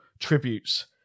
tributes